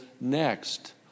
next